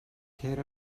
cer